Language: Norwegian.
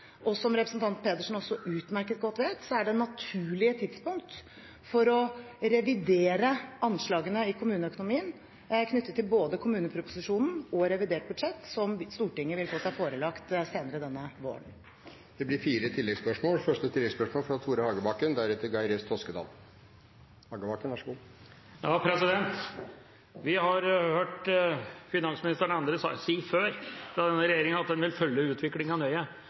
og, som representanten Pedersen også utmerket godt vet, er det naturlige tidspunkt for å revidere anslagene i kommuneøkonomien knyttet både til kommuneproposisjonen og til revidert nasjonalbudsjett, som Stortinget vil få seg forelagt senere denne våren. Det blir fem oppfølgingsspørsmål – først Tore Hagebakken.